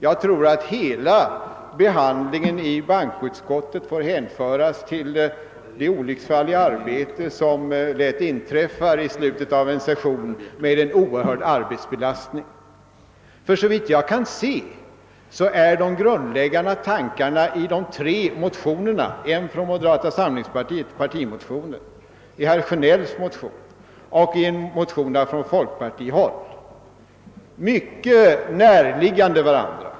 Jag tror att hela behandlingen i bankoutskottet får hänföras till de olycksfall i arbetet, som lätt inträffar i slutet av en session med en oerhörd arbetsbelastning. Såvitt jag kan se är de grundläggande tankarna i de tre motionerna — moderata samlingspartiets partimotion, herr Sjönells motion, motionen ' från folkpartihåll — mycket näraliggande varandra.